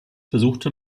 besuchte